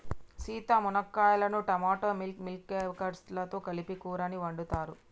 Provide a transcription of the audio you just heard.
సీత మునక్కాయలను టమోటా మిల్ మిల్లిమేకేర్స్ లతో కలిపి కూరని వండుతారు